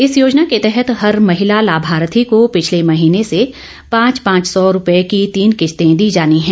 इस योजना के तहत हर महिला लाभार्थी को पिछले महीने से पांच पांच सौ रुपये की तीन किस्तें दी जानी हैं